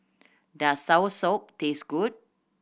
does soursop taste good